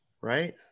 right